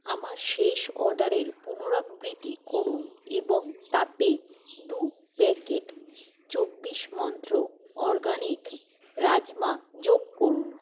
আমার শেষ অর্ডারের পুনরাবৃত্তি করুন এবং তাতে দু প্যাকেট চব্বিশ মন্ত্র অরগানিক রাজমা যোগ করুন